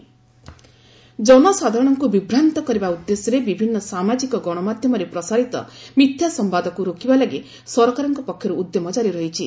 fake news ଜନସାଧାରଣଙ୍କୁ ବିଭ୍ରାନ୍ତ କରିବା ଉଦ୍ଦେଶ୍ୟରେ ବିଭିନ୍ନ ସାମାଜିକ ଗଣମାଧ୍ୟମରେ ପ୍ରସାରିତ ମିଥ୍ୟା ସମ୍ଭାଦକୁ ରୋକିବା ଲାଗି ସରକାରଙ୍କ ପକ୍ଷରୁ ଉଦ୍ୟମ ଜାରି ରହିଛି